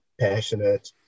passionate